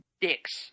dicks